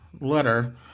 letter